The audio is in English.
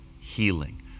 healing